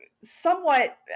somewhat